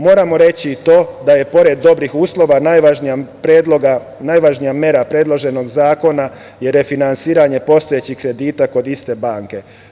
Moramo reći i to da je pored dobrih uslova najvažnija mera predloženog zakona refinansiranje postojećih kredita kod iste banke.